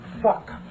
Fuck